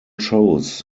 shows